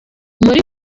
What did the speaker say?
muri